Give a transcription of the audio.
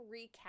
recap